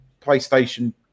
PlayStation